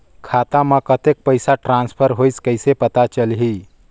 खाता म कतेक पइसा ट्रांसफर होईस कइसे पता चलही?